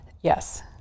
yes